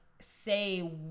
say